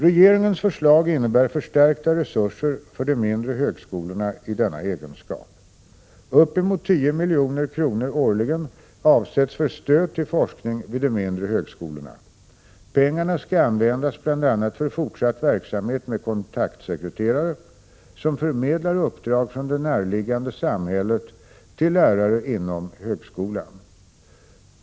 Regeringens förslag innebär förstärkta resurser för de mindre högskolorna i denna egenskap. Uppemot 10 milj.kr. årligen avsätts för stöd till forskning vid de mindre högskolorna. Pengarna skall användas bl.a. för fortsatt verksamhet med kontaktsekreterare, som förmedlar uppdrag från det närliggande samhället till lärare inom högskolan.